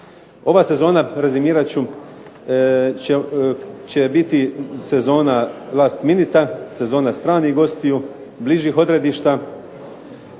Ova sezona, rezimirat ću, će biti sezona last minuta, sezona stranih gostiju, bližih odredišta,